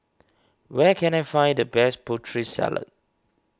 where can I find the best Putri Salad